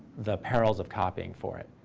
the perils of copying for it.